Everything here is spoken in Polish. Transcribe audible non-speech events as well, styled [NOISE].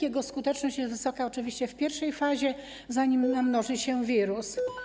Jego skuteczność jest wysoka oczywiście w pierwszej fazie, zanim [NOISE] namnoży się wirus.